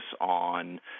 on